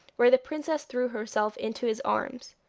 where the princess threw herself into his arms.